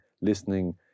listening